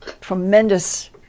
tremendous